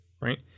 right